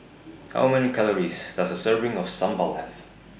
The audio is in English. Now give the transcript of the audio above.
How Many Calories Does A Serving of Sambal Have